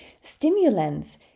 stimulants